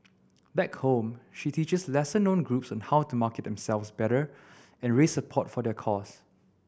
back home she teaches lesser known groups on how to market themselves better and raise support for their cause